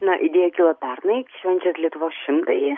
na idėja kilo pernai švenčiant lietuvos šimtąjį